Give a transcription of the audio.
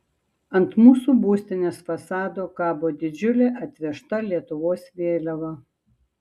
ant mūsų būstinės fasado kabo didžiulė atvežta lietuvos vėliava